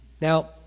Now